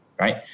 right